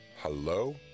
Hello